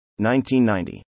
1990